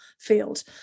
field